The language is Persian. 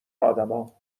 آدما